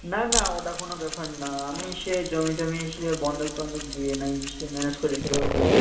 না না ওটা কোনো ব্যাপার না আমি সে জমি টমি সে বন্ধক টন্দক দিয়ে নায় সে ম্যানেজ করে রেখে দেবোখনি